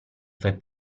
fai